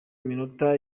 iminota